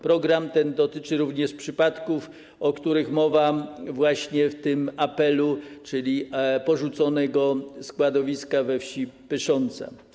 Program ten dotyczy również przypadków, o których mowa właśnie w tym apelu, czyli porzuconego składowiska we wsi Pysząca.